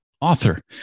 author